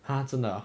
!huh! 真的 ah